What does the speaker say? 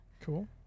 cool